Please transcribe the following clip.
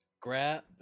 grab